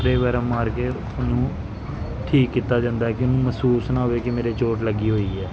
spray ਵਗੈਰਾ ਮਾਰ ਕੇ ਉਹਨੂੰ ਠੀਕ ਕੀਤਾ ਜਾਂਦਾ ਹੈ ਕਿ ਉਹਨੂੰ ਮਹਿਸੂਸ ਨਾ ਹੋਵੇ ਕਿ ਮੇਰੇ ਚੋਟ ਲੱਗੀ ਹੋਈ ਹੈ